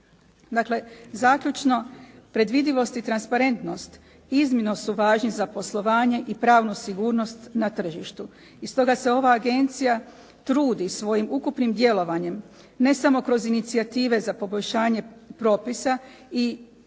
Dakle zaključno. Predvidivost i transparentnost iznimno su važni za poslovanje i pravnu sigurnost na tržištu i stoga se ova agencija trudi svojim ukupnim djelovanjem ne samo kroz inicijative za poboljšanje propisa već i